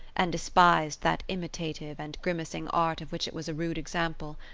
and despised that imitative and grimacing art of which it was a rude example,